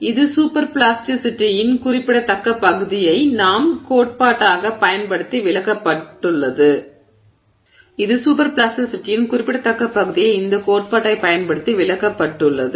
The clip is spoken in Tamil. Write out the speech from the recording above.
இது சூப்பர் பிளாஸ்டிசிட்டியின் குறிப்பிடத்தக்க பகுதியை இந்த கோட்பாட்டைப் பயன்படுத்தி விளக்கப்பட்டுள்ளது